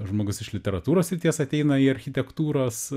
žmogus iš literatūros srities ateina į architektūros